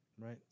right